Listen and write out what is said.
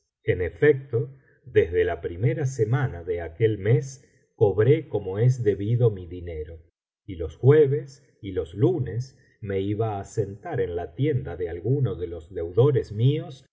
en efecto desde la primera semana de aquel mes cobre como es debido mi dinero y los jueves y los lunes me iba á sentar en la tienda de alguno de los deudores míos